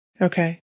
Okay